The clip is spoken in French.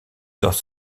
dans